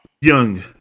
young